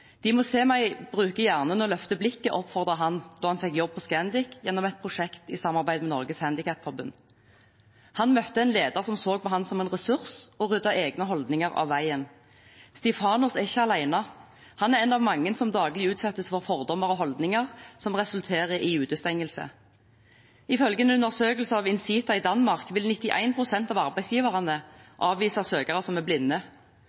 må se meg bruke hjernen. Løft blikket.» Det var hans oppfordring da han fikk jobb på Scandic gjennom et prosjekt i samarbeid med Norges Handikapforbund. Han møtte en leder som så på ham som en ressurs, og ryddet egne holdninger av veien. Stifanos er ikke alene. Han er en av mange som daglig utsettes for fordommer og holdninger som resulterer i utestengelse. Ifølge en undersøkelse av Incita i Danmark vil 91 pst. av arbeidsgiverne avvise søkere som er blinde.